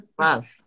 love